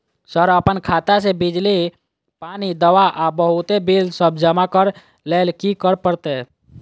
Sir अप्पन खाता सऽ बिजली, पानि, दवा आ बहुते बिल सब जमा करऽ लैल की करऽ परतै?